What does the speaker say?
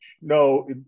no